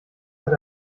hat